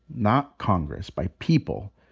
not congress, by people,